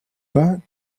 pas